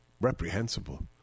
reprehensible